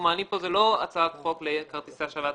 למעט הדיון על התקרה של ה-5 מיליארד או 20 מיליארד שקלים,